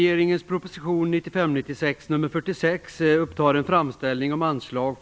Herr talman!